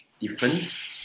difference